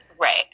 Right